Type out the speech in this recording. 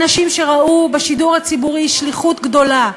אנשים שראו בשידור הציבורי שליחות גדולה,